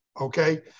okay